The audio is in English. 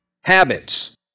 habits